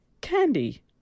Candy